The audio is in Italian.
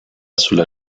sulla